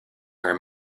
are